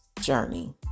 journey